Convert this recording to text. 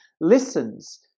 listens